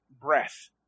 breath